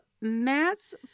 Matt's